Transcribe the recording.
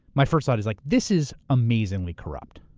my first thought is like this is amazingly corrupt.